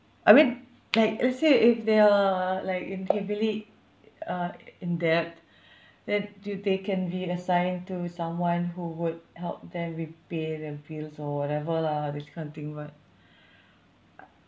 I mean like let's say if there are like in heavily uh in debt then do they can be assigned to someone who would help them repay their bills or whatever lah this kind of thing but